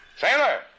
Sailor